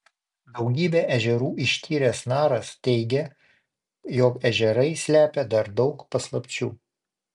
daugybę ežerų ištyręs naras teigia jog ežerai slepia dar daug paslapčių